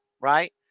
right